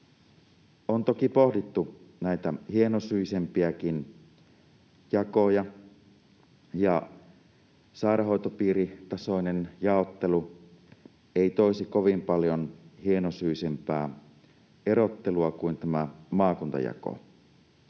on toki pohdittu näitä hienosyisempiäkin jakoja. Sairaanhoitopiiritasoinen jaottelu ei toisi kovin paljon hienosyisempää erottelua kuin tämä maakuntajako.